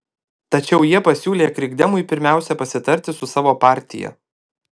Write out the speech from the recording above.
tačiau jie pasiūlė krikdemui pirmiausia pasitarti su savo partija